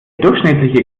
durchschnittliche